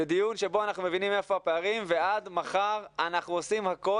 זה דיון בו אנחנו מבינים היכן הפערים ועד מחר אנחנו עושים הכול